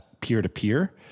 peer-to-peer